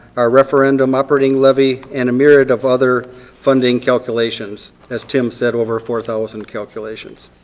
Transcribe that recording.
our referendum operating levy, and a myriad of other funding calculations. as tim said, over four thousand calculations.